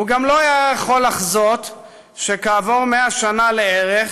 הוא גם לא היה יכול היה לחזות שכעבור מאה שנה לערך